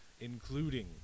including